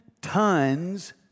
tons